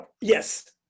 Yes